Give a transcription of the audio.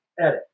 edit